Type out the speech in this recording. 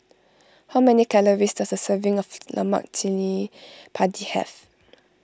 how many calories does a serving of Lemak Cili Padi have